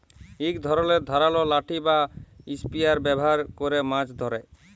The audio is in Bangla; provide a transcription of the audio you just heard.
ইক ধরলের ধারালো লাঠি বা ইসপিয়ার ব্যাভার ক্যরে মাছ ধ্যরে